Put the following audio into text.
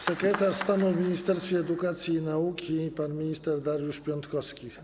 Sekretarz stanu w Ministerstwie Edukacji i Nauki pan minister Dariusz Piontkowski.